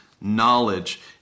knowledge